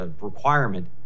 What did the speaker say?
requirement